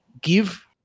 give